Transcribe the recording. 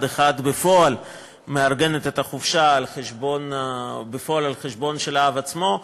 אחד בפועל מארגנת את החופשה על חשבון האב עצמו,